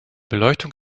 beleuchtung